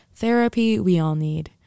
therapyweallneed